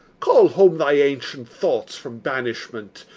call home thy ancient thoughts from banishment,